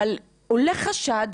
אבל עולה חשד,